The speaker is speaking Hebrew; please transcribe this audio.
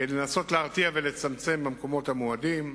כדי לנסות להרתיע ולצמצם במקומות המועדים.